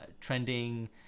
trending